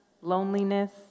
loneliness